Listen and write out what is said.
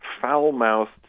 foul-mouthed